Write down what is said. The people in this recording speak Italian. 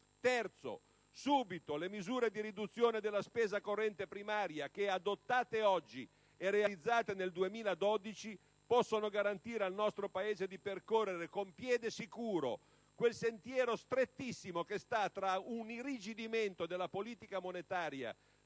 luogo, subito le misure di riduzione della spesa corrente primaria che, adottate oggi e realizzate nel 2012, possono garantire al nostro Paese di percorrere con piede sicuro quel sentiero strettissimo che sta tra un irrigidimento della politica monetaria